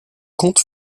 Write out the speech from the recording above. compte